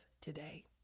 today